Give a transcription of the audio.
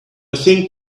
think